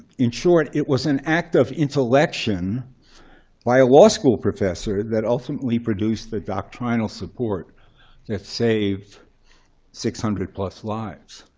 in short, it was an act of intellection by a law school professor that ultimately produced the doctrinal support that saved six hundred plus lives.